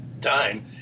time